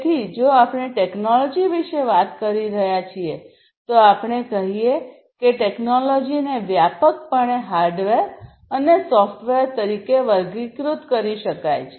તેથી જો આપણે ટેકનોલોજી વિશે વાત કરી રહ્યા છીએ તો આપણે કહીએ કે ટેકનોલોજીને વ્યાપકપણે હાર્ડવેર અને સોફ્ટવેર તરીકે વર્ગીકૃત કરી શકાય છે